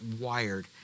wired